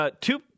two